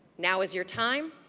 now is your time.